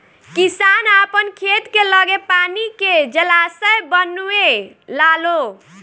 किसान आपन खेत के लगे पानी के जलाशय बनवे लालो